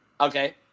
Okay